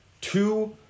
two